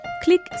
Click